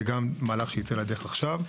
זה גם מהלך שייצא לדרך עכשיו.